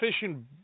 fishing